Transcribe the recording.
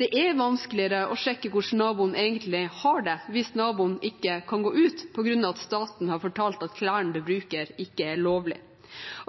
Det er vanskeligere å sjekke hvordan naboen egentlig har det hvis naboen ikke kan gå ut fordi staten har fortalt at klærne man bruker, ikke er lovlige.